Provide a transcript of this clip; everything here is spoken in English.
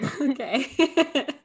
Okay